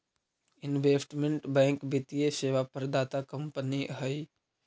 investment bank वित्तीय सेवा प्रदाता कंपनी हई